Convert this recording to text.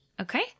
Okay